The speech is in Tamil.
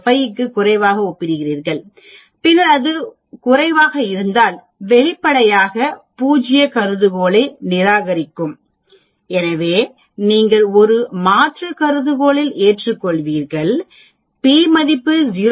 05 க்கும் குறைவாக ஒப்பிடுகிறீர்கள் பின்னர் அது குறைவாக இருந்தால் வெளிப்படையாக பூஜ்ய கருதுகோளை நிராகரிக்கும் எனவே நீங்கள் ஒரு மாற்று கருதுகோளில் ஏற்றுக்கொள்வீர்கள் p மதிப்பு 0